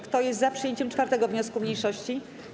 Kto jest za przyjęciem 4. wniosku mniejszości?